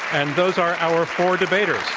and those are our four debaters.